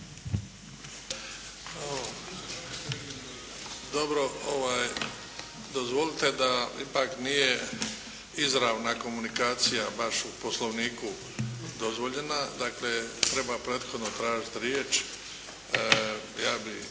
Dozvolite da ipak nije izravna komunikacija baš u poslovniku dozvoljena. Dakle, treba prethodno tražiti riječ. Može